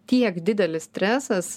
tiek didelis stresas